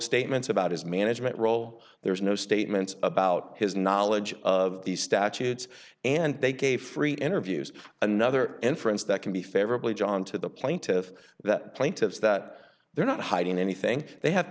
statements about his management role there's no statements about his knowledge of these statutes and they gave free enter views another inference that can be favorably john to the plaintiff that plaintiffs that they're not hiding anything they ha